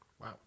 Wow